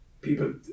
people